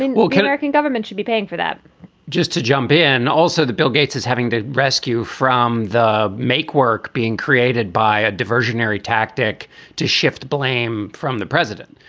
well, can i can government should be paying for that just to jump in. also, the bill gates is having to rescue from the makework being created by a diversionary tactic to shift blame from the president,